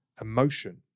emotion